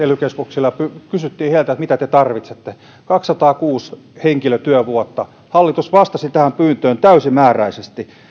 ely keskuksille ja kysyttiin heiltä että mitä te tarvitsette kaksisataakuusi henkilötyövuotta hallitus vastasi tähän pyyntöön täysimääräisesti